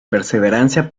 perseverancia